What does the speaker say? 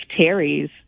Terry's